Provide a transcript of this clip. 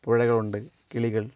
പുഴകളുണ്ട് കിളികൾ